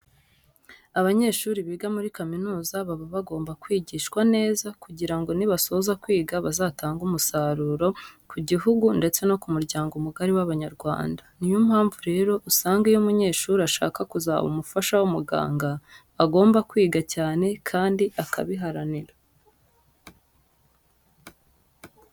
Abanyeshuri biga muri kaminuza baba bagomba kwigishwa neza kugira ngo nibasoza kwiga bazatange umusaruro ku gihugu ndetse no ku muryango mugari w'Abanyarwanda. Ni yo mpamvu rero usanga iyo umunyeshuri ashaka kuzaba umufasha w'umuganga agomba kwiga cyane kandi akabiharanira.